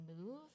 move